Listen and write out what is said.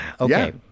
okay